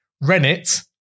rennet